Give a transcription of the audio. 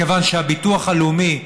מכיוון שהביטוח הלאומי,